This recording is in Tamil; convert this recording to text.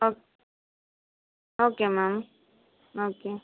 okay okay ma'am okay